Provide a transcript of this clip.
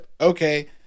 Okay